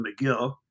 McGill